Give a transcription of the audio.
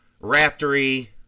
Raftery